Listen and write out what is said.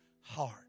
heart